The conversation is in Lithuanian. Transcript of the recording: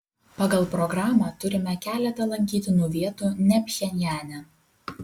pagal programą turime keletą lankytinų vietų ne pchenjane